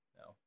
no